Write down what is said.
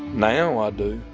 now i ah ah do.